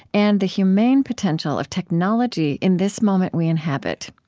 and the humane potential of technology in this moment we inhabit.